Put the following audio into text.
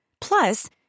Plus